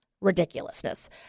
ridiculousness